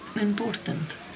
important